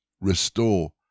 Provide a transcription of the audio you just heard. restore